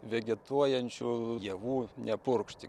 vegetuojančių javų nepurkšti